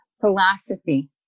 philosophy